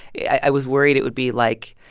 i was worried it would be like,